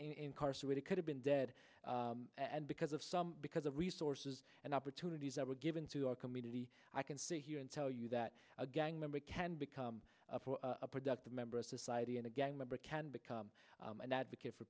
incarcerated could have been dead because of some because of resources and opportunities that were given to our community i can see here and tell you that a gang member can become a productive member of society in a gang member can become an advocate for